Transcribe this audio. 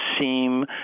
seem